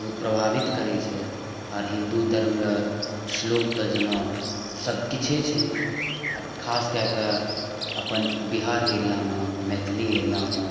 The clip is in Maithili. बहुत प्रभावित करै छै आओर हिन्दू धर्मलए श्लोक तऽ जेना सबकिछु छै आओर खास कऽ कऽ अपन बिहार एरिआमे मैथिली एरिआमे